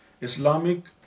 Islamic